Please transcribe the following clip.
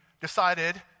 decided